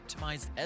optimized